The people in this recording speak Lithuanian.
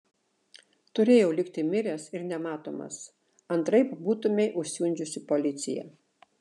turėjau likti miręs ir nematomas antraip būtumei užsiundžiusi policiją